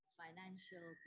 financial